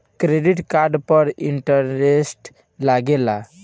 Credit card पर interest लागेला?